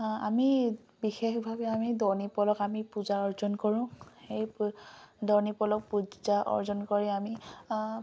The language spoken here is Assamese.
আমি বিশেষভাৱে আমি দনী পল'ক আমি পূজা অৰ্জন কৰোঁ সেই দনী পল'ক পূজা অৰ্জন কৰি আমি